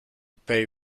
pay